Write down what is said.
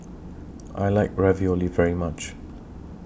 I like Ravioli very much